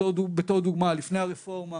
בתור דוגמה, לפני הרפורמה